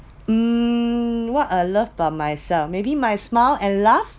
um what I love by myself maybe my smile and laugh